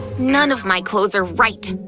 none of my clothes are right!